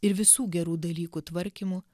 ir visų gerų dalykų tvarkymu